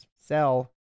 cell